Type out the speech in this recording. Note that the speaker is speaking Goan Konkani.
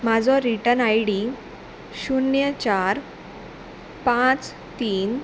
म्हाजो रिटर्न आय डी शुन्य चार पांच तीन